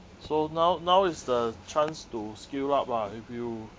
so now now is the chance to skill up lah if you